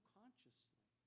consciously